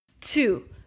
Two